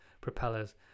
propellers